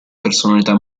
personalità